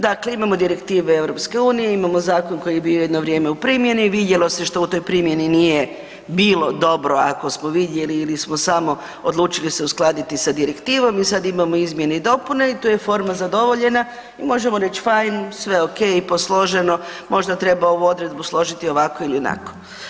Dakle, imamo direktive EU, imamo zakon koji je bio jedno vrijeme u primjeni, vidjelo se što u toj primjeni nije bilo dobro, ako smo vidjeli ili smo samo odlučili se uskladiti sa direktivom i sad imamo izmjene i dopune i tu je forma zadovoljena i možemo reći fine, sve, okej, posloženo, možda treba ovu odredbu složiti ovako ili onako.